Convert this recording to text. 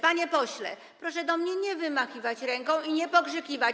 Panie pośle, proszę do mnie nie wymachiwać ręką i nie pokrzykiwać.